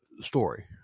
story